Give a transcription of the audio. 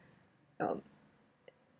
um